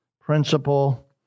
principle